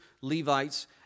Levites